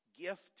gift